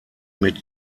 mit